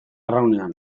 arraunean